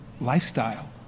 lifestyle